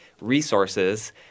resources